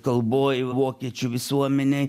kalboj vokiečių visuomenei